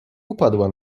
upadła